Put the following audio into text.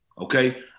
okay